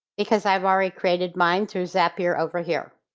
because i've already created mine through zapier over here.